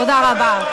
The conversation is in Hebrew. תודה רבה.